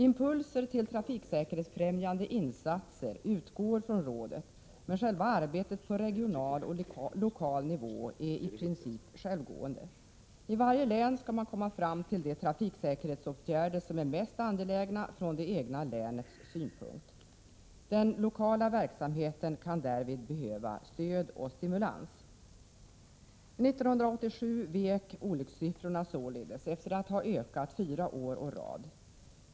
Impulser till trafiksäkerhetsfrämjande insatser utgår från rådet, men själva arbetet på regional och lokal nivå är i princip självgående. I varje län skall man komma fram till de trafiksäkerhetsåtgärder som är mest angelägna från det egna länets synpunkt. Den lokala verksamheten kan därvid behöva stöd och stimulans. 1987 vek olyckssiffrorna således, efter att ha ökat fyra år å rad.